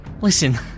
listen